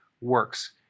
works